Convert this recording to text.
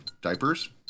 diapers